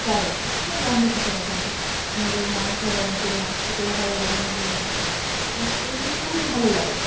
যায় আর কি কোনো বন্ধ থাকে না এখানে নদীর মাছ ধরে অনেকেই মাছ খেতেও ভালো লাগে নদীর মাছ তো এগুলো খুবই ভালো লাগে